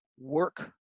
work